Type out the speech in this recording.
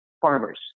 farmers